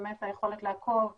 באמת היכולת לעקוב ולוודא.